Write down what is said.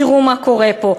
תראו מה קורה פה.